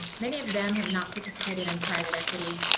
many of them have not participated in private equity